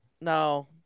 No